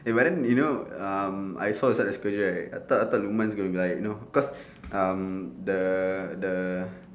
eh but then you know um I saw inside the schedule right I thought I thought lukman gonna be like you know cause um the the